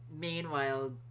Meanwhile